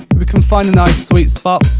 but we can find the nice, sweet spot